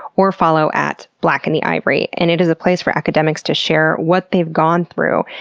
or follow at blackintheivory, and it is a place for academics to share what they've gone through,